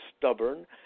stubborn